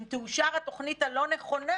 אם תאושר התוכנית הלא נכונה,